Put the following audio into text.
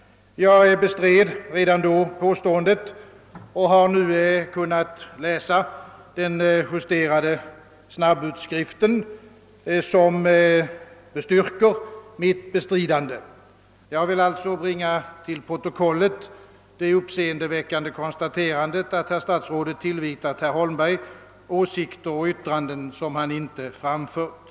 Jag bestred redan då påståendet och har nu kunnat läsa den justerade snabbutskriften som bestyrker mitt bestridande. Jag vill alltså bringa till protokollet det uppseendeväckande konstaterandet, att herr statsrådet tillvitat herr Holmberg åsikter och yttranden som han inte framfört.